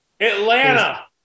Atlanta